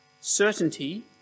certainty